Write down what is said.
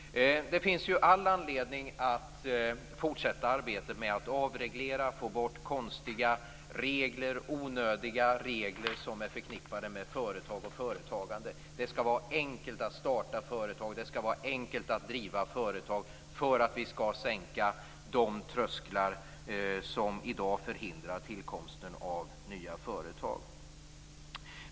Det finns all anledning att fortsätta arbetet med att avreglera och få bort konstiga och onödiga regler som är förknippade med företag och företagande. Det skall vara enkelt att starta företag, och det skall vara enkelt att driva företag för att vi skall sänka de trösklar som i dag förhindrar tillkomsten av nya företag.